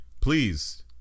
please